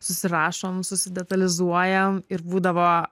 susirašom susidetalizuojam ir būdavo